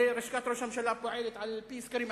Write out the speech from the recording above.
הרי לשכת ראש הממשלה פועלת על-פי סקרים,